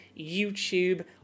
YouTube